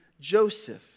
Joseph